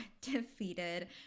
defeated